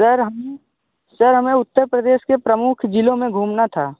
sir हम sir हमें उत्तर प्रदेश के प्रमुख ज़िलों में घूमना था